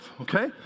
okay